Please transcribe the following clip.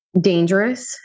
dangerous